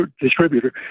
Distributor